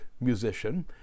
musician